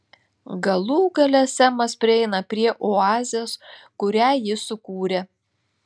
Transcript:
galų gale semas prieina prie oazės kurią ji sukūrė